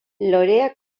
loreak